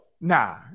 Nah